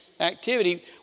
activity